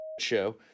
show